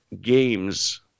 games